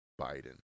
Biden